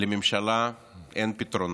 לממשלה אין פתרונות.